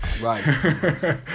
Right